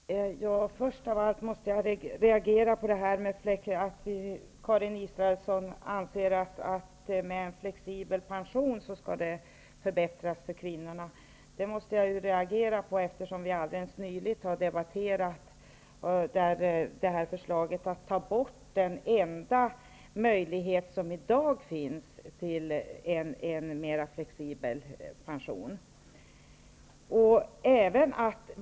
Herr talman! Först av allt måste jag reagera på att Karin Israelsson anser att situationen för kvinnorna skall förbättras med en flexibel pension. Men vi har ju alldeles nyligen debatterat förslaget att ta bort den enda möjlighet som i dag finns till en mer flexibel pension.